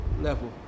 level